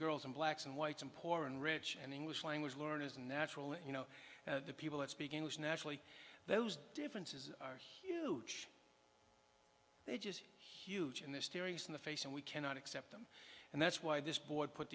girls and blacks and whites and poor and rich and english language learners and naturally you know people that speak english nationally those differences are huge they just huge in their stories in the face and we cannot accept them and that's why this board put